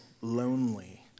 lonely